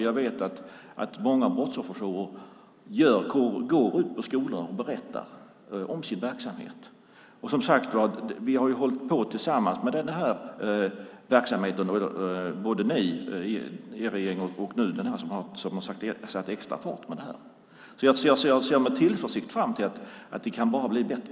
Jag vet att många brottsofferjourer går ut på skolorna och berättar om sin verksamhet. Som sagt var har vi hållit på tillsammans med den här verksamheten, både er regering och nu den här regeringen som har satt extra fart på det här. Jag ser med tillförsikt fram emot att det bara kan bli bättre.